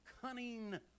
cunning